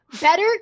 better